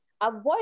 avoid